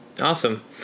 awesome